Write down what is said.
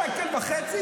שקל וחצי.